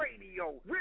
Radio